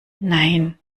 nein